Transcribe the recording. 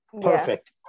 Perfect